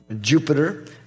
Jupiter